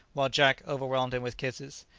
while jack overwhelmed him with kisses.